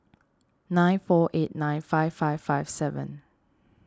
nine four eight nine five five five seven